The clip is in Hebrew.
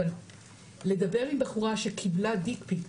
אבל לדבר עם בחורה שקיבלה דיק-פיק,